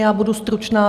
Já budu stručná.